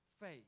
faith